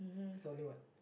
it's only what